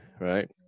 right